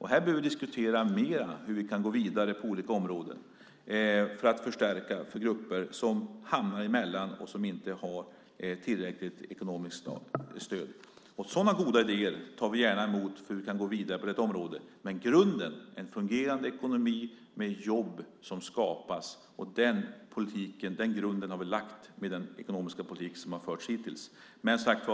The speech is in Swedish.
Vi behöver diskutera mer hur vi på olika områden kan gå vidare för att förstärka de grupper som hamnar mellan stolarna och inte har tillräckligt ekonomiskt stöd. Vi tar gärna emot goda idéer så att vi kan gå vidare på detta område. Grunden är emellertid en fungerande ekonomi med jobb som skapas, och den grunden har vi lagt med den ekonomiska politik som hittills förts. Men, som sagt,